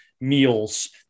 meals